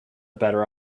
better